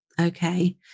okay